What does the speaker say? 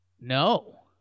no